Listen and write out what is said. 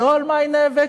לא על מה היא נאבקת,